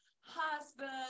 Husband